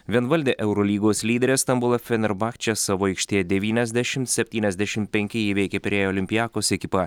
vienvaldė eurolygos lyderė stambulo fenerbahče savo aikštėje devyniasdešim septyniasdešim penki įveikė pirėjo olympiakos ekipą